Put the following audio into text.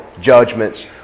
judgments